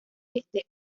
este